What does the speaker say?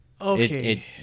Okay